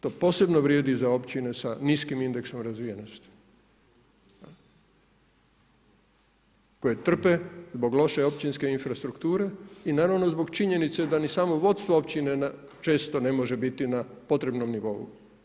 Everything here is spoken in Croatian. To posebno vrijedi i za općine sa niskim indeksom razvijenosti koje trpe zbog loše općinske infrastrukture i naravno zbog činjenice da ni samo vodstvo općine često ne može biti na potrebnom nivou.